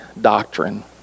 doctrine